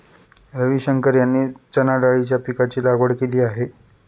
रविशंकर यांनी चणाडाळीच्या पीकाची लागवड केली आहे